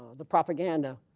the propaganda